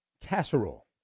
casserole